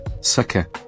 sucker